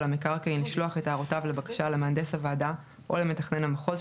המקרקעין לשלוח את הערותיו לבקשה למהנדס הוועדה או למתכנן המחוז,